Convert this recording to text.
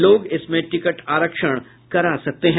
लोग इसमें टिकट आरक्षण करा सकते हैं